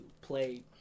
Play